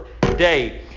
day